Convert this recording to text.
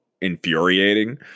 infuriating